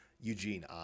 Eugene